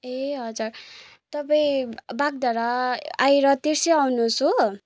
ए हजुर तपाईँ बागधारा आएर तेर्सै आउनुहोस् हो